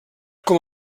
com